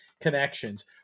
connections